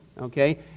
okay